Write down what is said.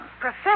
Professor